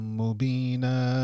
mubina